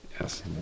Yes